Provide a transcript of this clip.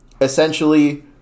essentially